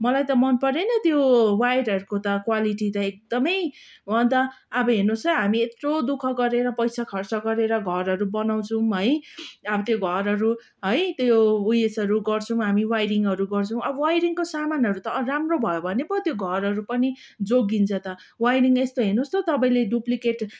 मलाई त मन परेन त्यो वायरहरूको त क्वालिटी त एकदमै अन्त अब हेर्नुहोस् ल हामी यत्रो दुःख गरेर पैसा खर्च गरेर घरहरू बनाउँछौँ है अब त्यो घरहरू है त्यो उयसहरू गर्छौँ हामी वाइरिङहरू गर्छौँ अब वाइरिङको सामानहरू त राम्रो भयो भने पो त्यो घरहरू पनि जोगिन्छ त वाइरिङ यस्तो हेर्नुहोस् त तपाईँले डुप्लिकेट